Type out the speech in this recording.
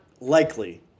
likely